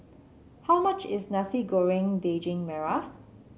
how much is Nasi Goreng Daging Merah